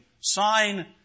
sign